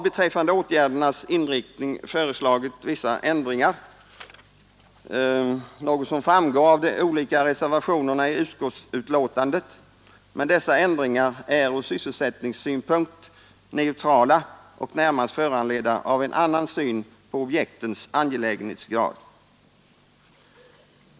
Beträffande åtgärdernas inriktning har vi föreslagit vissa ändringar, något som framgår av de olika reservationerna till utskottsbetänkandet, men dessa ändringar är ur sysselsättningssynpunkt neutrala och närmast föranledda av en annan syn på objektens angelägenhetsgrad.